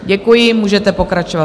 Děkuji, můžete pokračovat.